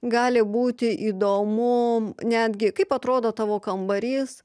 gali būti įdomu netgi kaip atrodo tavo kambarys